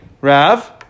Rav